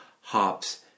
hops